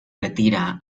retira